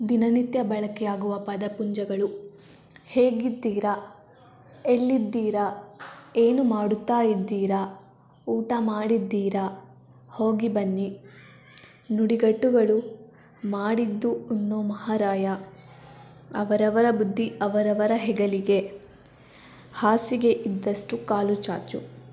ದಿನನಿತ್ಯ ಬಳಕೆ ಆಗುವ ಪದಪುಂಜಗಳು ಹೇಗಿದ್ದೀರಾ ಎಲ್ಲಿದ್ದೀರಾ ಏನು ಮಾಡುತ್ತಾ ಇದ್ದೀರಾ ಊಟ ಮಾಡಿದ್ದೀರಾ ಹೋಗಿ ಬನ್ನಿ ನುಡಿಗಟ್ಟುಗಳು ಮಾಡಿದ್ದು ಉಣ್ಣೋ ಮಹಾರಾಯ ಅವರವರ ಬುದ್ಧಿ ಅವರವರ ಹೆಗಲಿಗೆ ಹಾಸಿಗೆ ಇದ್ದಷ್ಟು ಕಾಲು ಚಾಚು